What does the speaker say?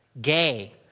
gay